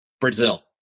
Brazil